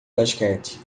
basquete